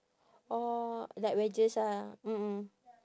orh like wedges ah mm mm